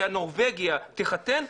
שנורבגיה תחתן,